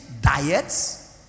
diets